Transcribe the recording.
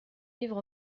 vivre